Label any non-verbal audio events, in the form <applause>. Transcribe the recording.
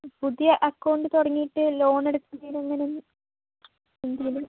പുതിയ അക്കൌണ്ട് തുടങ്ങിയിട്ട് ലോൺ എടുക്കുന്നതിനെന്തെങ്കിലും <unintelligible>